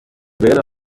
where